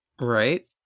Right